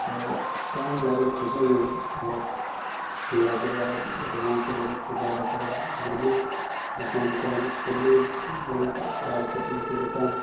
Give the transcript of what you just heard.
जकरा टाइम लागल खोजैमे आओर लैके बाद एडवान्स लऽ कऽ ज्यादा पड़ि गेली दोकान ओकान खोलली ओहि बाल कटिङ्गके दोकान